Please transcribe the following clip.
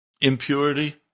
impurity